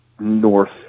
North